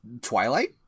Twilight